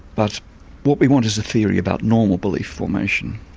but what we want is a theory about normal belief formation